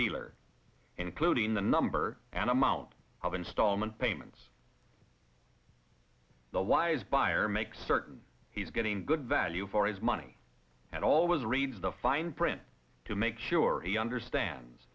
dealer including the number and amount of installment payments the wise buyer makes certain he's getting good value for his money and always reads the fine print to make sure he understands